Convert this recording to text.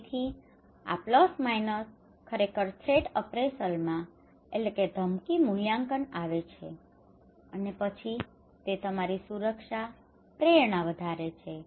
તેથી આ plus minus ખરેખર થ્રેટ અપ્રેસલમાં threat appraisal ધમકી મૂલ્યાંકન આવે છે અને પછી તે તમારી સુરક્ષા પ્રેરણા વધારે છે